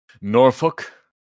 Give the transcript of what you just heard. Norfolk